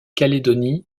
calédonie